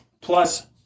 plus